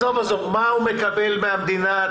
מה הוא מקבל מהמדינה?